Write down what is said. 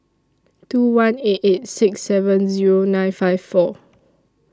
two one eight eight six seven Zero nine five four